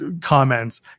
comments